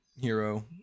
hero